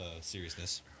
seriousness